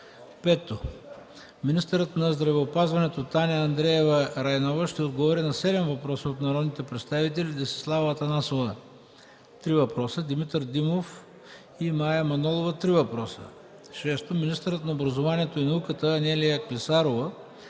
- министърът на здравеопазването Таня Андреева Райнова ще отговори на седем въпроса от народните представители Десислава Атанасова (три въпроса), Димитър Димов, и Мая Манолова (три въпроса); - министърът на образованието и науката Анелия Клисарова